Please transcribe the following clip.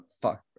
fuck